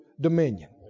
dominion